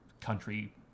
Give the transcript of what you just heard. country